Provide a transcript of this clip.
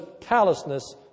callousness